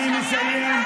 מסיים,